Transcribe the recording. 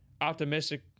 Optimistic